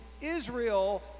Israel